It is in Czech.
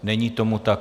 Není tomu tak.